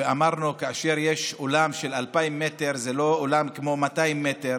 ואמרנו שכאשר יש אולם של 2,000 מטר זה לא כמו אולם של 200 מטר,